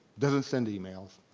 doesn't send emails,